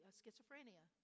schizophrenia